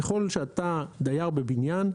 ככל שאתה דייר בבניין,